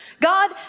God